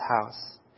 house